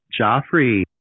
Joffrey